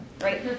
right